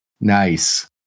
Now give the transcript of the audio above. Nice